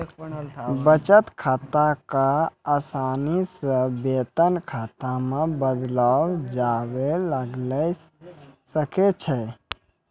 बचत खाता क असानी से वेतन खाता मे बदललो जाबैल सकै छै